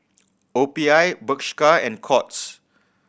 O P I Bershka and Courts